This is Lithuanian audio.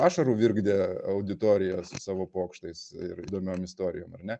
ašarų virkdė auditorijas savo pokštais ir įdomion istorijom ar ne